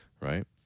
Right